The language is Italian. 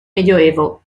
medioevo